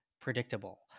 predictable